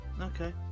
Okay